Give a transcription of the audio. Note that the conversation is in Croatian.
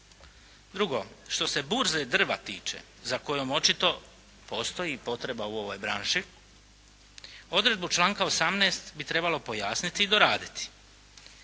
Drugo, što se burze drva tiče, za kojom očito postoji potreba u ovoj branši, odredbu članka 18. bi trebalo pojasniti i doraditi.